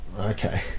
okay